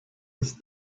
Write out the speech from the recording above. ist